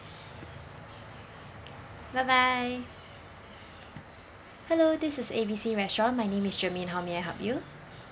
bye bye hello this is A B C restaurant my name is germaine how may I help you